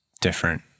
different